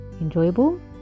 enjoyable